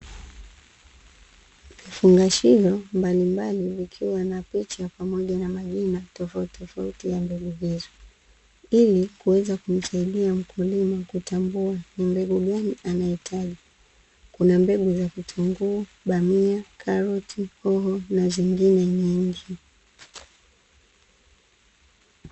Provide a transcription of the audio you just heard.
Vifungashio mbalimbali vikiwa na picha pamoja na majina tofautitofauti ya mbegu hizo, ili kuweza kumsaidia mkulima kutambua ni mbegu gani anahitaji. Kuna mbegu za vitunguu, bamia, karoti, hoho na zingine nyingi.